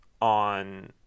on